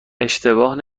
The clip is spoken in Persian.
اشتباه